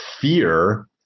fear